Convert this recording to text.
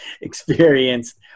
experienced